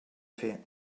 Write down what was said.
fer